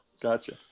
Gotcha